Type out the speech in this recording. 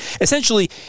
Essentially